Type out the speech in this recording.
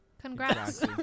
Congrats